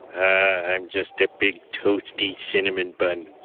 i'm just a big, toasty cinnamon bun.